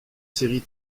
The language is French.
séries